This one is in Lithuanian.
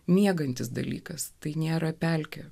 miegantis dalykas tai nėra pelkė